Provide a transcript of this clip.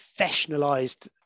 professionalized